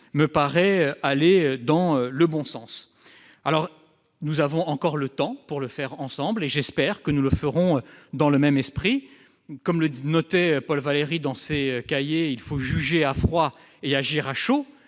me paraît aller dans le bon sens. Nous avons encore le temps pour le faire ensemble et j'espère que nous le ferons dans le même esprit. Comme le notait Paul Valéry dans ses :« Il faut juger à froid et agir à chaud.